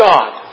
God